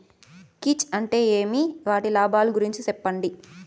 కీచ్ అంటే ఏమి? వాటి లాభాలు గురించి సెప్పండి?